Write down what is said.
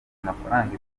amafaranga